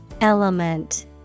element